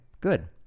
good